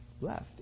left